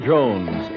Jones